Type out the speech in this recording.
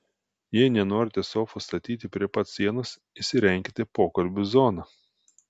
jei nenorite sofos statyti prie pat sienos įsirenkite pokalbių zoną